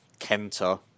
Kenta